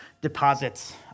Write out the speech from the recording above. deposits